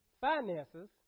finances